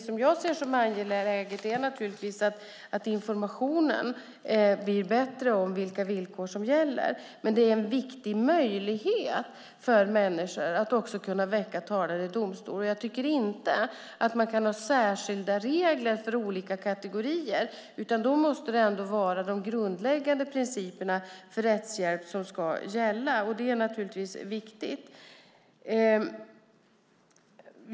Vad jag se som angeläget är att informationen om vilka villkor som gäller blir bättre. Men det är en viktig möjlighet för människor att kunna väcka talan i domstol, och jag tycker inte att man kan ha särskilda regler för olika kategorier. Då måste det ändå vara de grundläggande principerna för rättshjälp som ska gälla. Det är viktigt.